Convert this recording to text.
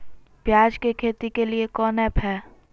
प्याज के खेती के लिए कौन ऐप हाय?